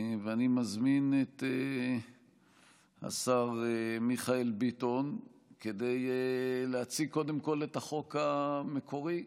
ואני מזמין את השר מיכאל ביטון להציג קודם כול את החוק המקורי,